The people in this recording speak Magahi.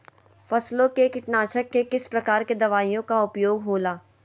फसलों के कीटनाशक के किस प्रकार के दवाइयों का उपयोग हो ला?